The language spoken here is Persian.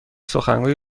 سخنگوی